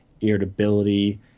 Irritability